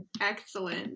excellent